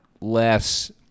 less